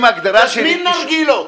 נזמין נרגילות.